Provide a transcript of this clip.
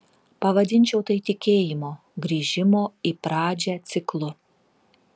pavadinčiau tai tikėjimo grįžimo į pradžią ciklu